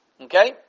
Okay